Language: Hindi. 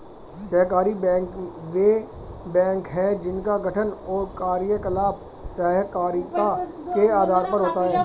सहकारी बैंक वे बैंक हैं जिनका गठन और कार्यकलाप सहकारिता के आधार पर होता है